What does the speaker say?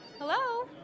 Hello